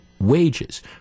wages